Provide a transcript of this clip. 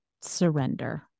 surrender